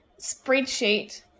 spreadsheet